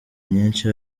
nyinshi